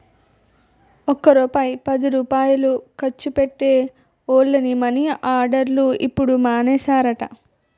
ఒక్క రూపాయి పదిరూపాయలు ఖర్చు పెట్టే వోళ్లని మని ఆర్డర్లు ఇప్పుడు మానేసారట